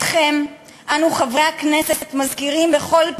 אתכם אנו חברי הכנסת מזכירים בכל פגישה,